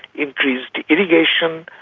increased irrigation,